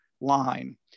line